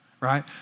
right